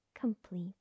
complete